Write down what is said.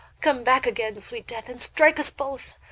come back again, sweet death, and strike us both!